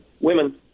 women